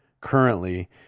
currently